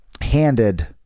handed